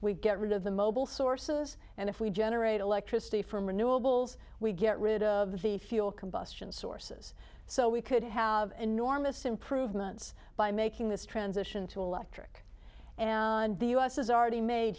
we get rid of the mobile sources and if we generate electricity from renewables we get rid of the fuel combustion sources so we could have enormous improvements by making this transition to electric and the u s has already made